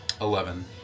Eleven